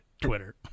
Twitter